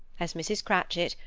as mrs. cratchit,